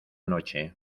noche